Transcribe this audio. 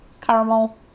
Caramel